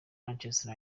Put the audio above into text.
manchester